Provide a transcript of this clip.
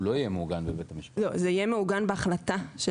הוא לא יהיה מעוגן בבית משפט.